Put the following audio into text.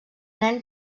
nen